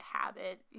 habit